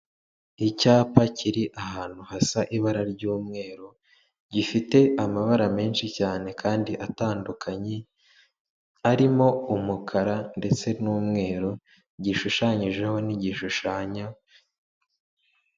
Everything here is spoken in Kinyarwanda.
Icyapa kiri ahantu hasa ibara ry'umweru. Gifite amabara menshi cyane kandi atandukanye. Arimo umukara ndetse n'umweru, gishushanyijeho n'igishushanyo.